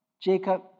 Jacob